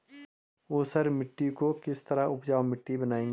ऊसर मिट्टी को किस तरह उपजाऊ मिट्टी बनाएंगे?